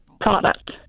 product